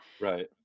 Right